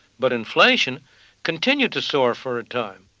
but inflation continued to soar for a time.